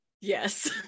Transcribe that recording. Yes